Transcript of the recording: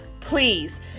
please